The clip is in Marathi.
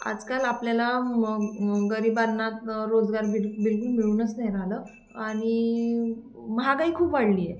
आजकाल आपल्याला म गरिबांना रोजगार बिड बिलकुल मिळूनच नाही राहिलं आणि महागाई खूप वाढली आहे